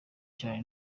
cyane